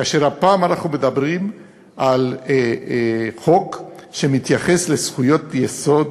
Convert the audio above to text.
כאשר הפעם אנחנו מדברים על חוק שמתייחס לזכויות יסוד